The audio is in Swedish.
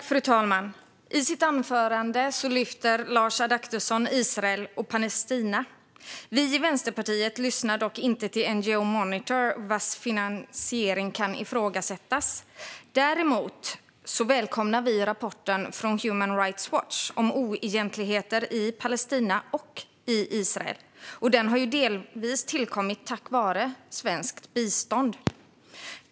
Fru talman! I sitt anförande lyfter Lars Adaktusson fram Israel och Palestina. Vi i Vänsterpartiet lyssnar dock inte till NGO Monitor vars finansiering kan ifrågasättas. Däremot välkomnar vi rapporten från Human Rights Watch om oegentligheter i Palestina och i Israel. Den har delvis tillkommit tack vare svenskt bistånd.